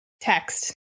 Text